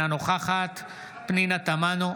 אינה נוכחת פנינה תמנו,